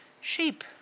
sheep